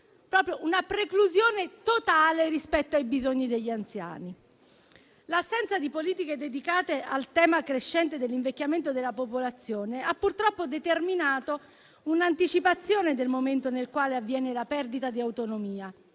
una preclusione totale rispetto ai bisogni degli anziani. L'assenza di politiche dedicate al tema crescente dell'invecchiamento della popolazione ha purtroppo determinato un'anticipazione del momento nel quale avviene la perdita di autonomia.